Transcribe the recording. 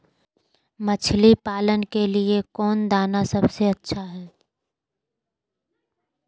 मछली पालन के लिए कौन दाना सबसे अच्छा है?